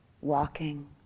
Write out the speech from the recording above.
walking